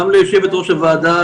גם ליושבת ראש הוועדה,